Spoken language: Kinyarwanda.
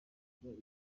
byose